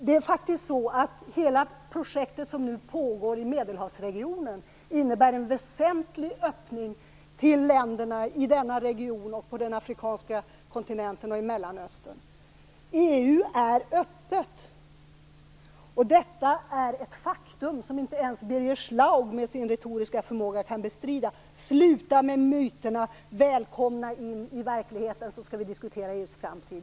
Det är faktiskt så att hela det projekt som nu pågår i medelhavsregionen innebär en väsentlig öppning till länderna i denna region, på den afrikanska kontinenten och i Mellanöstern. EU är öppet. Detta är ett faktum som inte ens Birger Schlaug med sin retoriska förmåga kan bestrida. Sluta med myterna. Välkomna in i verkligheten, så skall vi diskutera EU:s framtid.